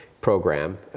program